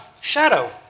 shadow